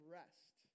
rest